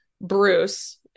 Bruce